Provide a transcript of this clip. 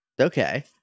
Okay